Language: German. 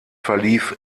verlief